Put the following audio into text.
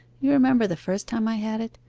you remember the first time i had it?